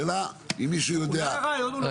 השאלה אם מישהו יודע --- רגע,